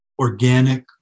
organic